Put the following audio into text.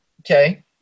okay